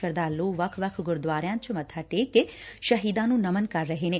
ਸ਼ਰਧਾਲੁ ਵੱਖ ਵੱਖ ਗੁਰਦੁਆਰਿਆਂ ਚ ਮੱਬਾ ਟੇਕ ਕੇ ਸ਼ਹੀਦਾਂ ਨੂੰ ਨਮਨ ਕਰ ਰਹੇ ਨੇ